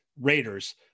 Raiders